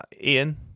Ian